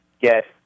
get